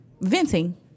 venting